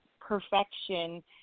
perfection